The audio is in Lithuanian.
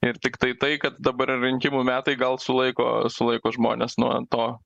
ir tiktai tai kad dabar yra rinkimų metai gal sulaiko sulaiko žmones nuo to